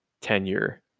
tenure